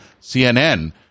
CNN